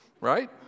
right